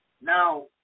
Now